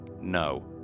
No